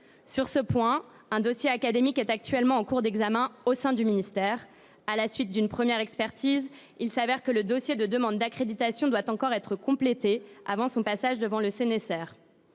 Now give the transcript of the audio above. Sur ce point, un dossier académique est en cours d’examen au sein du ministère. À la suite d’une première expertise, il semble que le dossier de demande d’accréditation doive encore être complété avant son examen par le Cneser.